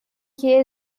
que